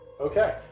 Okay